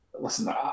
listen